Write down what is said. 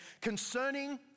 Concerning